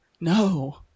No